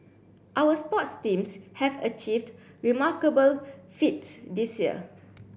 our sports teams have achieved remarkable feats this year